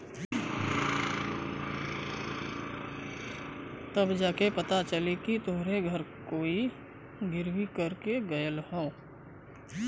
तब जा के पता चली कि तोहरे घर कोई गिर्वी कर के गयल हौ